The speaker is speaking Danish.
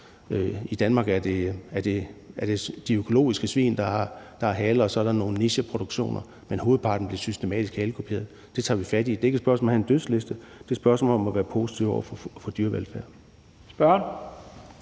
I Danmark er det de økologiske svin, der har haler, og så er der nogle nicheproduktioner, men hovedparten bliver systematisk halekuperet. Det tager vi fat i. Det er ikke et spørgsmål om at have en dødsliste. Det er et spørgsmål om at være positiv over for dyrevelfærd.